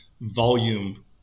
volume